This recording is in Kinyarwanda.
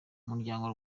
umuryango